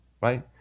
Right